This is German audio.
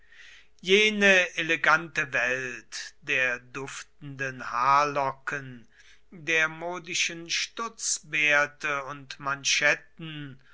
jene elegante welt der duftenden haarlocken der modischen stutzbärte und manschetten